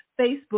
Facebook